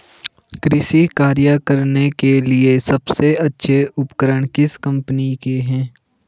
कृषि कार्य करने के लिए सबसे अच्छे उपकरण किस कंपनी के हैं?